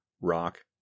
rock